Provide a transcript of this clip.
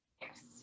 Yes